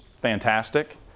fantastic